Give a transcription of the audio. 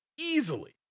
easily